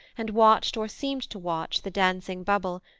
and watched or seemed to watch the dancing bubble,